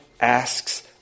asks